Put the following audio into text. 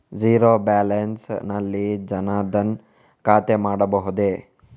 Zero balance ನಲ್ಲಿ ಜನ್ ಧನ್ ಖಾತೆ ಮಾಡಬಹುದೇ?